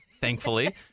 Thankfully